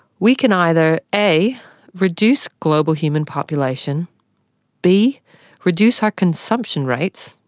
we can either a reduce global human population b reduce our consumption rates,